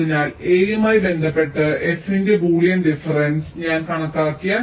അതിനാൽ a യുമായി ബന്ധപ്പെട്ട് f ന്റെ ബൂളിയൻ ഡിഫറെൻസ് ഞാൻ കണക്കാക്കിയാൽ